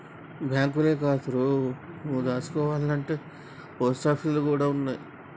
బాంకులే కాదురో, నువ్వు దాసుకోవాల్నంటే పోస్టాపీసులు గూడ ఉన్నయ్